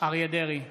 אריה מכלוף דרעי,